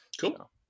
cool